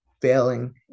failing